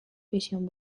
visión